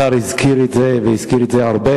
השר הזכיר את זה והזכיר את זה הרבה,